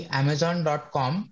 amazon.com